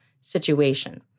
situation